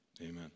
Amen